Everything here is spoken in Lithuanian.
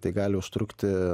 tai gali užtrukti